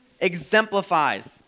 exemplifies